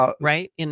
right